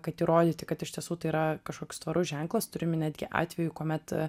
kad įrodyti kad iš tiesų tai yra kažkoks tvarus ženklas turime netgi atvejų kuomet